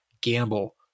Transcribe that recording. gamble